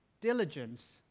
Diligence